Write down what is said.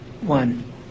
One